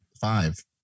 five